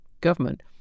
government